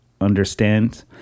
understand